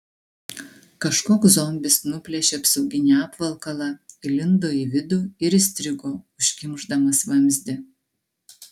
kažkoks zombis nuplėšė apsauginį apvalkalą įlindo į vidų ir įstrigo užkimšdamas vamzdį